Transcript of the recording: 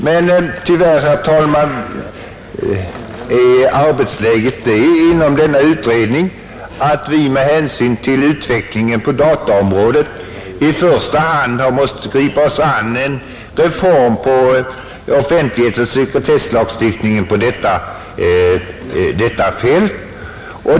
Men tyvärr är arbetsläget sådant inom utredningen, att vi med hänsyn till utvecklingen på dataområdet i första hand har måst gripa oss an med en reform av offentlighetsoch sekretesslagstiftningen på just detta fält.